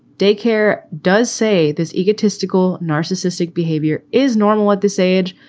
daycare does say this egotistical, narcissistic behavior is normal at this age,